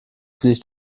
fließt